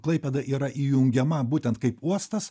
klaipėda yra įjungiama būtent kaip uostas